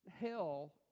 Hell